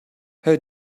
her